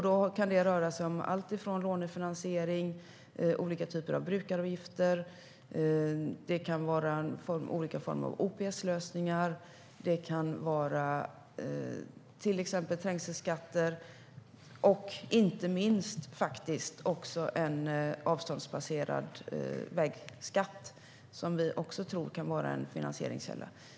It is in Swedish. Det kan röra sig om alltifrån lånefinansiering till olika typer av brukaravgifter. Det kan vara olika former av OPS-lösningar och till exempel trängselskatter. Inte minst kan det vara en avståndsbaserad vägskatt som kan vara en finansieringskälla.